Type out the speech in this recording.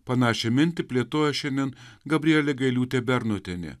panašią mintį plėtojo šiandien gabrielė gailiūtė bernotienė